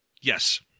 yes